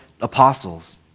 apostles